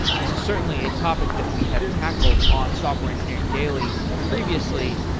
this is certainly a topic that we have tackled on software engineering daily previously,